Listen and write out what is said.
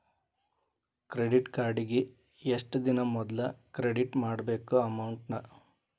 credit ಕಾರ್ಡಿಗಿ ಎಷ್ಟ ದಿನಾ ಮೊದ್ಲ ಕ್ರೆಡಿಟ್ ಮಾಡ್ಬೇಕ್ ಅಮೌಂಟ್ನ